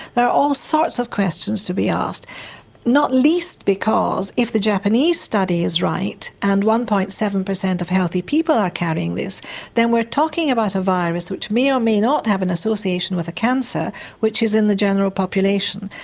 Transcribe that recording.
there are all sorts of questions to be asked not least because if the japanese study is right and one. seven percent of healthy people are carrying this then we're talking about a virus which may or may not have an association with a cancer which is in the general population.